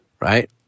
right